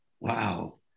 Wow